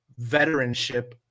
veteranship